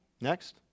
Next